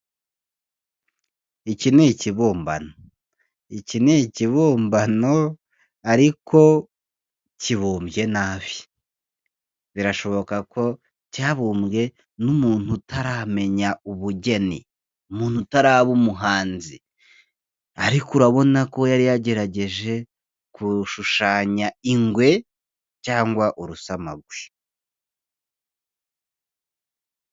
Iki n'ikibumbano, iki n'ikibumbano ariko kibumbye nabi, birashoboka ko cyabumbwe n'umuntu utaramenya ubugeni, umuntu utaraba umuhanzi ariko urabona ko yari yagerageje gushushanya ingwe cyangwa urusamagwe.